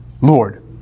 Lord